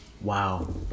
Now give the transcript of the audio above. Wow